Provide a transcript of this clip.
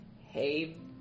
hey